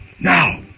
now